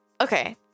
Okay